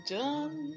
done